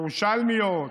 שכונות ירושלמיות